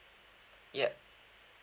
yup